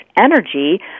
energy